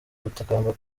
gutakamba